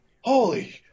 holy